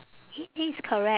it is correct